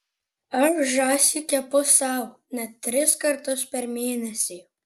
aš žąsį kepu sau net tris kartus per mėnesį